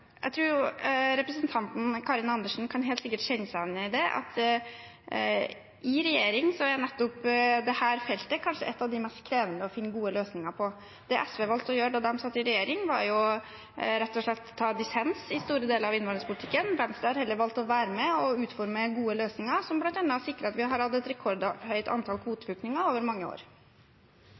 Jeg tror helt sikkert representanten Karin Andersen kan kjenne seg igjen i at nettopp dette feltet kanskje er et av de mest krevende å finne gode løsninger på i regjering. Det SV valgte å gjøre da de satt i regjering, var rett og slett å ta dissens i store deler av innvandringspolitikken. Venstre har heller valgt å være med og utforme gode løsninger, som bl.a. har sikret at vi har hatt et rekordhøyt antall kvoteflyktninger over mange år.